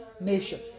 nation